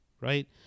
right